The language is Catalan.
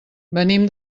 venim